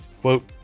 quote